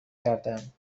کردهام